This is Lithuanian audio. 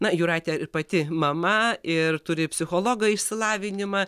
na jūratė pati mama ir turi psichologa išsilavinimą